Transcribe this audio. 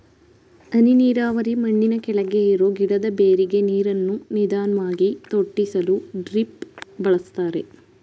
ಹನಿ ನೀರಾವರಿ ಮಣ್ಣಿನಕೆಳಗೆ ಇರೋ ಗಿಡದ ಬೇರಿಗೆ ನೀರನ್ನು ನಿಧಾನ್ವಾಗಿ ತೊಟ್ಟಿಸಲು ಡ್ರಿಪ್ ಬಳಸ್ತಾರೆ